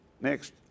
Next